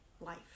life